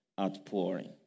outpouring